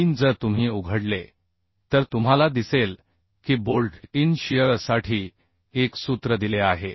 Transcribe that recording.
3 जर तुम्ही उघडले तर तुम्हाला दिसेल की बोल्ट इन शियरसाठी एक सूत्र दिले आहे